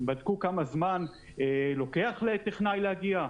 בדקו כמה זמן לוקח לטכנאי להגיע?